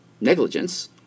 negligence